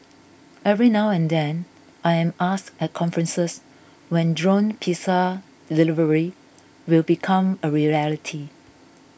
every now and then I am asked at conferences when drone pizza delivery will become a reality